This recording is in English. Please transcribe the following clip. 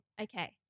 Okay